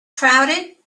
crowded